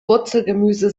wurzelgemüse